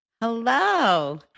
Hello